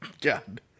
God